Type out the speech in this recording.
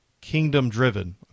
kingdom-driven